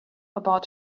about